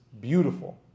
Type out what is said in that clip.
beautiful